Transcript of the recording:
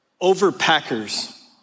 over-packers